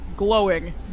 glowing